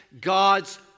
God's